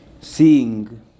Seeing